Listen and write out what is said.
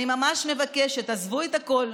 אני ממש מבקשת: עזבו את הכול,